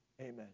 Amen